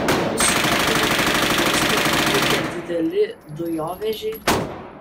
juos sudomino kaip į uostą įplaukia dideli dujovežiai